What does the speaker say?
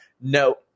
no